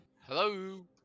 Hello